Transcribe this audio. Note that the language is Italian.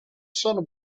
sono